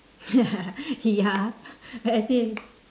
ya ya as in